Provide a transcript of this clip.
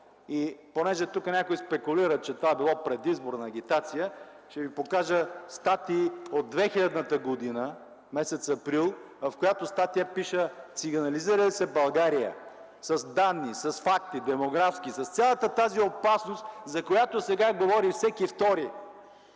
Понеже тук някой спекулира, че това било предизборна агитация, ще ви покажа статия от 2000 г., месец април, в която пише: „Циганизира ли се България?” – с данни, с факти, демографски, с цялата тази опасност, за която сега говори всеки втори!